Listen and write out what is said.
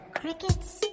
crickets